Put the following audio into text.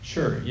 Sure